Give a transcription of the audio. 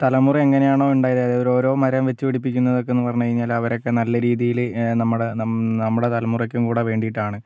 തലമുറ എങ്ങനെ ആണോ ഉണ്ടായത് അതായത് ഓരോ മരം വെച്ചു പിടിപ്പിക്കുന്നത് എന്ന് പറഞ്ഞു കഴിഞ്ഞാല് അവരൊക്കെ നല്ല രീതിയില് നമ്മുടെ നമ്മുടെ തലമുറയ്ക്കും കൂടെ വേണ്ടിയിട്ടാണ്